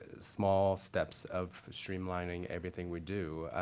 ah small steps of streamlining everything we do.